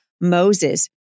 Moses